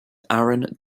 aaron